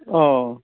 अ